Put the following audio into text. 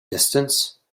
distance